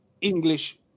English